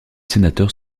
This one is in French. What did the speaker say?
sénateurs